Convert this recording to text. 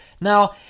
Now